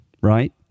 right